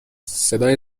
صدای